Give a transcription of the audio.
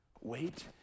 Wait